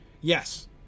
Yes